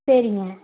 சரிங்க